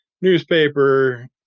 newspaper